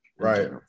Right